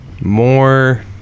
more